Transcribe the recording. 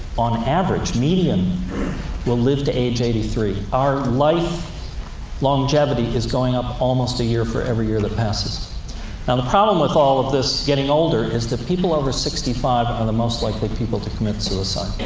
on average median will live to age eighty three. our life longevity is going up almost a year for every year that passes. now the problem with all of this, getting older, is that people over sixty five are the most likely people to commit suicide.